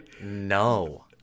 no